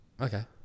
Okay